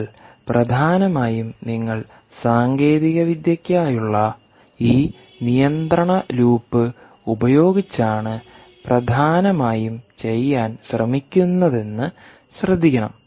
എന്നാൽ പ്രധാനമായും നിങ്ങൾ സാങ്കേതികവിദ്യയ്ക്കായുള്ള ഈ നിയന്ത്രണ ലൂപ്പ് ഉപയോഗിച്ചാണ് പ്രധാനമായും ചെയ്യാൻ ശ്രമിക്കുന്നതെന്ന് ശ്രദ്ധിക്കണം